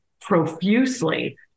profusely